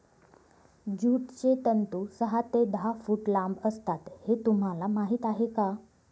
ज्यूटचे तंतू सहा ते दहा फूट लांब असतात हे तुम्हाला माहीत आहे का